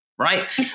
Right